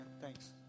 Thanks